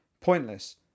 pointless